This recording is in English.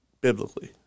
biblically